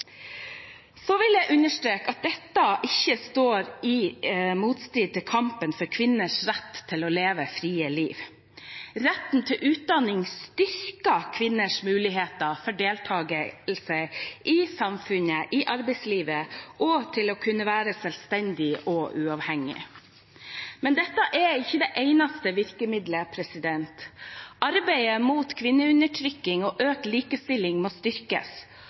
Jeg vil understreke at dette ikke står i motstrid til kampen for kvinners rett til å leve frie liv. Retten til utdanning styrker kvinners muligheter for deltakelse i samfunnet, i arbeidslivet og til å kunne være selvstendige og uavhengige. Men dette er ikke det eneste virkemiddelet. Arbeidet mot kvinneundertrykking og økt likestilling må styrkes.